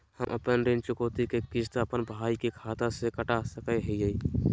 हम अपन ऋण चुकौती के किस्त, अपन भाई के खाता से कटा सकई हियई?